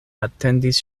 atendis